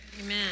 Amen